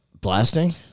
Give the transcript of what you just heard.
Blasting